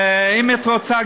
אם את רוצה,